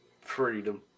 freedom